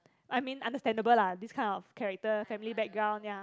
I mean understandable lah this kind of character family background ya